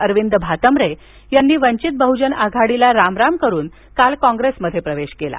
अरविंद भातांत्रे यांनी वंचित बहूजन आघाडीला रामराम करून काल काँग्रेसमध्ये प्रवेश केला